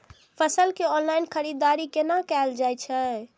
फसल के ऑनलाइन खरीददारी केना कायल जाय छै?